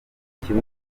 kimwe